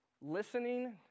Listening